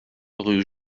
rue